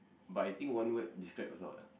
but I think one word describe us all lah